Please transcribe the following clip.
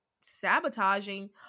sabotaging